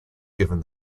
given